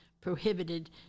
prohibited